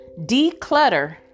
Declutter